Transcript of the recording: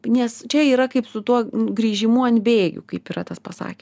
nes čia yra kaip su tuo grįžimu ant bėgių kaip yra tas pasakė